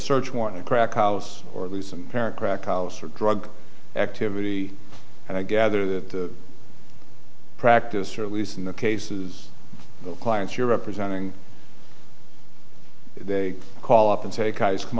search warrant a crack house or at least some parent crack house or drug activity and i gather the practice or at least in the cases the clients you're representing they call up and take